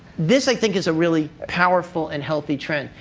this, i think, is a really powerful and healthy trend.